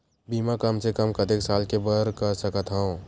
बीमा कम से कम कतेक साल के बर कर सकत हव?